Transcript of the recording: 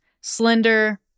slender